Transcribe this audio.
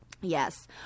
yes